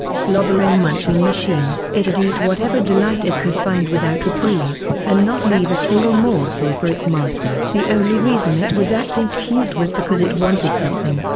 slobbering munching machine. it'd eat whatever delight it could find without reprieve, and not leave a single morsel for its master. the only reason it was acting cute was because it wanted something,